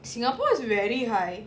singapore is very high